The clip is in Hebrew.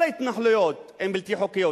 כל ההתנחלויות הן בלתי חוקיות.